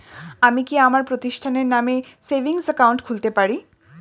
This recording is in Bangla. আমি কি আমার প্রতিষ্ঠানের নামে সেভিংস একাউন্ট খুলতে পারি?